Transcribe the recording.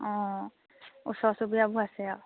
অঁ ওচৰ চুবুৰীয়াবোৰ আছে আৰু